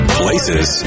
places